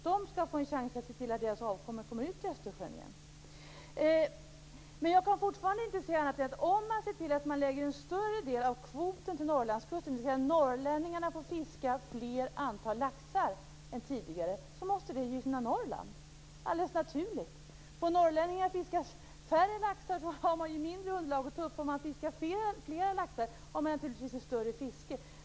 Den skall få en chans att se till att dess avkomma åter kommer ut i Östersjön. Om en större del av kvoten gäller Norrlandskusten, dvs. norrlänningarna får fiska ett större antal fiskar än tidigare, måste det gynna Norrland. Det är helt naturligt. Om norrlänningarna får fiska färre laxar, blir underlaget mindre. Om de får fiska fler laxar blir det ett större fiske.